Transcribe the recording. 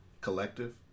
Collective